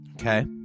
okay